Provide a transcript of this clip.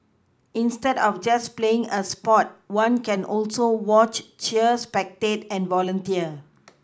instead of just playing a sport one can also watch cheer spectate and volunteer